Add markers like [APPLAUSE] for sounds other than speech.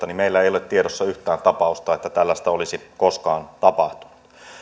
[UNINTELLIGIBLE] niin meillä ei ole tiedossa yhtään tapausta että tällaista olisi koskaan tapahtunut